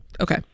Okay